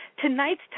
Tonight's